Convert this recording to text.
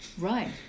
Right